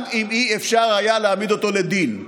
גם אם לא היה אפשר להעמיד אותו לדין.